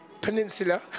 peninsula